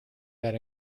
that